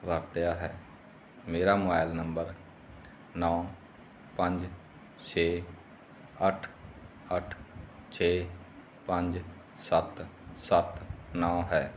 ਵਰਤਿਆ ਹੈ ਮੇਰਾ ਮੋਬੈਲ ਨੰਬਰ ਨੌਂ ਪੰਜ ਛੇ ਅੱਠ ਅੱਠ ਛੇ ਪੰਜ ਸੱਤ ਸੱਤ ਨੌਂ ਹੈ